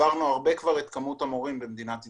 עברנו הרבה את כמות המורים במדינת ישראל.